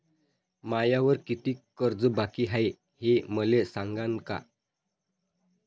मायावर कितीक कर्ज बाकी हाय, हे मले सांगान का?